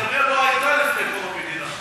כרמיאל לא הייתה לפני קום המדינה.